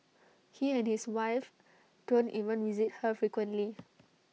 he and his wife don't even visit her frequently